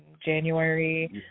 January